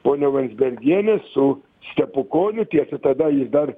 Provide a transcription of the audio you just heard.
ponia landzbergienė su stepukoniu tiesa tada jis dar